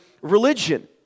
religion